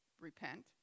repent